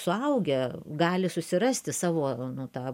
suaugę gali susirasti savo nu tą